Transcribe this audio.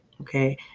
Okay